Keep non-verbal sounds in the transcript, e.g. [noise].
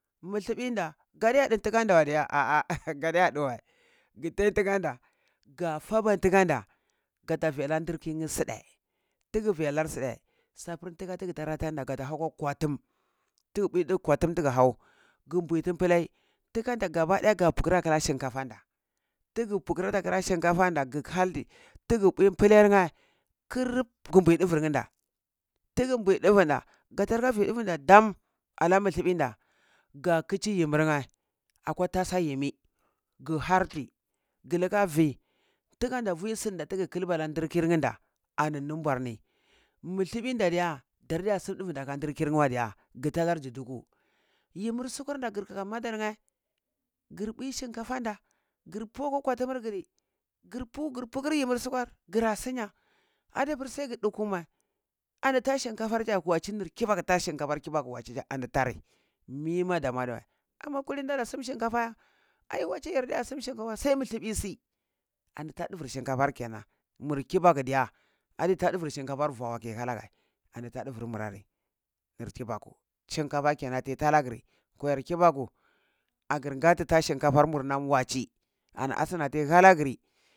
Muthuɓui da gadiya di ntikan dawa diya ah ah [laughs] ga diya ɗu wəi gi thai ntikam da ga fada ntikan da gate viala ndir kiyirnye suɗai tigi vialar suɗai sapur ntika ngata tira than da gata hau kwa kwatum tiji bui kwatum tigi hau, gin buitum pulai ntikan da gaba daya ga pu kira shikafanda tugi pukarata shinkafanda gi haldi tigi pui pulairnye ƙirup ginbu ɗuwurnyuda tigi bui duvunda gata lika vi ɗurunda dam ala mithuɓi nda, ga kichi yimurnye akwa tasa yinun gi harti gi lika vi ntikam da vi sinda tiga kilba la ndir kiyir nda, ani numbuar ni muthiɓinda diya dardiya sun duvunda ka nzir kiyir nda diya gi takarghi duku yimir sukur da gir kaka madar nye gir bui shinkafan da gir pua kwa kwatumur giri girpu gir pukir yimur shuwar gra sinya ade pur sai gidu kumwəi agi thai shinkafa wachi ni tha shinkafar kibaku wachi za ani tari mima damua adiwəi, amma kulini ndada sum shinkafaya ai wachi yarda ya sum shinkafawa sai mithiɓi si ani tha duvur shinkafar kenan. Mur kibaku diya adi tha duvur vua kayi halayya ani tha duvur murari nir kibaka, shinka kenan tiya tha lagiri kwaya kibaku agrin ngati tha shinkafar mur nam wachi ani asna tiyi halagri